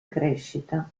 crescita